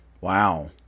Wow